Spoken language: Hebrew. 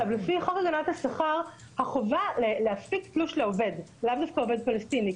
לפי חוק הגנת השכר החובה להפיק תלוש לעובד לאו דווקא עובד פלסטיני,